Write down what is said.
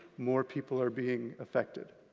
more people are being affected.